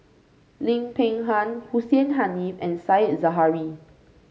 Lim Peng Han Hussein Haniff and Said Zahari